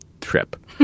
trip